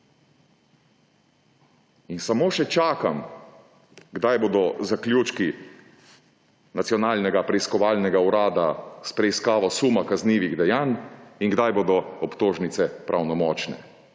In samo še čakam, kdaj bodo zaključki Nacionalnega preiskovalnega urada s preiskavo suma kaznivih dejanj in kdaj bodo obtožnice pravnomočne.